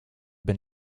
been